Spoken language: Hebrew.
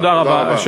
תודה רבה.